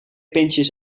pintjes